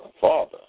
Father